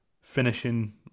finishing